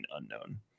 unknown